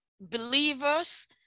believers